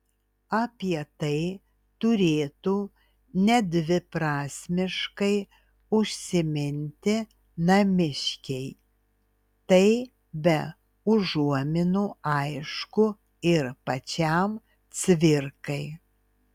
apie tai turėtų nedviprasmiškai užsiminti namiškiai tai be užuominų aišku ir pačiam cvirkai